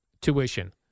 tuition